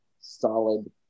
solid